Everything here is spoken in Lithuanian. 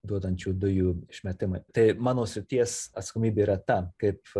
duodančių dujų išmetimui tai mano srities atsakomybė yra ta kaip